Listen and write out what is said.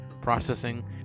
processing